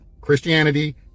Christianity